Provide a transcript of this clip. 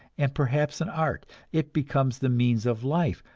and perhaps an art it becomes the means of life,